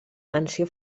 mansió